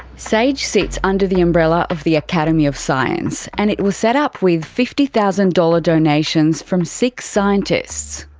sage sits under the umbrella of the academy of science and it was set up with fifty thousand dollars donations from six scientists,